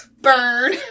burn